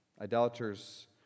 Idolaters